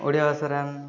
ଓଡ଼ିଆ ଭାଷାରେ ଆମ